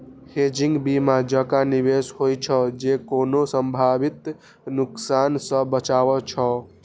hedging बीमा जकां निवेश होइ छै, जे कोनो संभावित नुकसान सं बचाबै छै